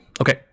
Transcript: Okay